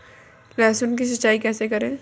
लहसुन की सिंचाई कैसे करें?